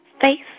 face